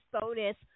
bonus